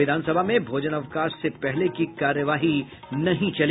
विधानसभा में भोजनावकाश से पहले की कार्यवाही नहीं चली